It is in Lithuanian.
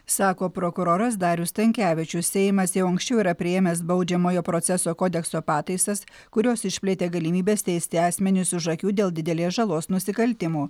sako prokuroras darius stankevičius seimas jau anksčiau yra priėmęs baudžiamojo proceso kodekso pataisas kurios išplėtė galimybes teisti asmenis už akių dėl didelės žalos nusikaltimų